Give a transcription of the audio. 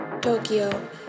Tokyo